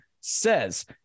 says